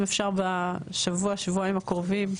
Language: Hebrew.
אם אפשר בשבוע-שבועיים הקרובים?